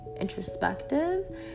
introspective